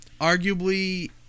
arguably